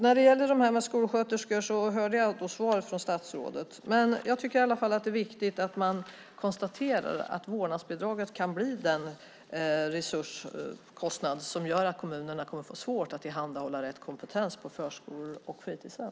Vad gäller skolsköterskor hörde jag svaret från statsrådet. Det är ändå viktigt att man konstaterar att vårdnadsbidraget kan bli den resurskostnad som gör att kommunerna kommer att få svårt att tillhandahålla rätt kompetens på förskolor och fritidshem.